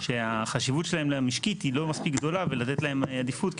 שהחשיבות שלהם המשקית היא לא מספיק גדולה ולתת להם עדיפות.